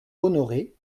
honoré